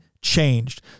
changed